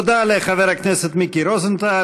תודה לחבר הכנסת מיקי רוזנטל.